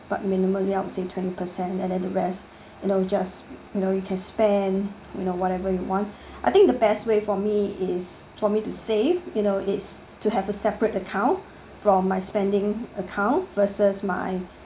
but minimally I would say twenty percent and then the rest you know you'll just you know you can spend you know whatever you want I think the best way for me is for me to save you know it's to have a separate account from my spending account versus my